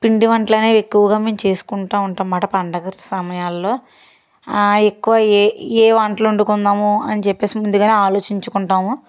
పిండి వంటలు అనేవి ఎక్కువగా మేం చేసుకుంటా ఉంటాం అన్నమాట పండుగ సమయాలలో ఎక్కువ ఏ ఏ వంటలు వండుకుందాము అని చెప్పి ముందుగానే ఆలోచించుకుంటాము